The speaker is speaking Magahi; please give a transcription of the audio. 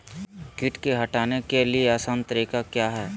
किट की हटाने के ली आसान तरीका क्या है?